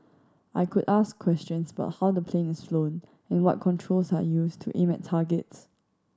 I could ask questions about how the plane is flown and what controls are used to aim at targets